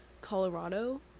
Colorado